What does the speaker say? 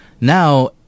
Now